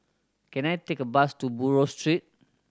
can I take a bus to Buroh Street